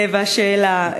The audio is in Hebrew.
והשאלה,